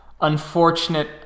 unfortunate